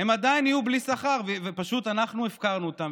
עדיין יהיו בלי שכר, ואנחנו פשוט הפקרנו אותם.